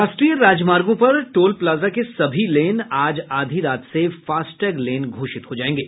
राष्ट्रीय राजमार्गों पर टोल प्लाजा के सभी लेन आज आधी रात से फास्टैग लेन घोषित हो जायेंगे